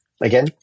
Again